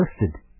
listed